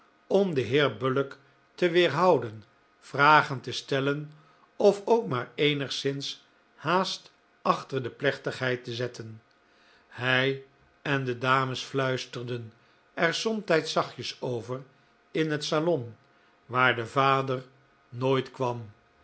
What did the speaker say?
om den heer bullock te weerhouden vragen te stellen of ook maar eenigszins haast achter de plechtigheid te zetten hij en de dames fluisterden er somtijds zachtjes over in het salon waar de vader nooit kwam